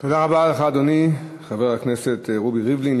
תודה רבה לך, אדוני חבר הכנסת רובי ריבלין.